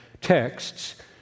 texts